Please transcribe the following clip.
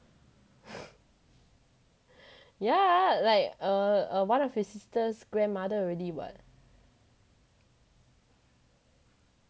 yeah like err err one of his sister grandmother already [what]